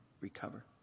recover